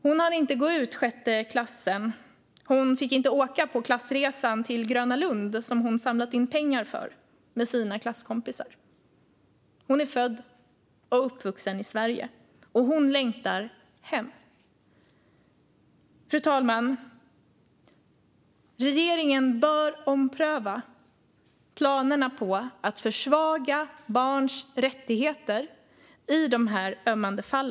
Hon hann inte gå ut sjätte klass och fick inte åka på klassresan till Gröna Lund som hon samlat in pengar till med sina klasskompisar. Hon är född och uppvuxen i Sverige, och hon längtar hem. Fru talman! Regeringen bör ompröva planerna på att försvaga barns rättigheter i dessa ömmande fall.